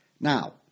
Now